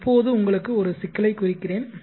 இப்போது உங்களுக்கு ஒரு சிக்கலைக் குறிக்கிறேன்